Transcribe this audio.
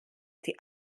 die